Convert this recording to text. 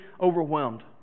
overwhelmed